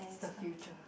the future